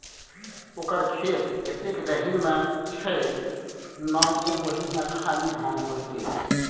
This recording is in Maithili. ओकर खेत एतेक गहीर मे छै ना जे ओहिमे खाली धाने हेतै